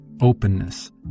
openness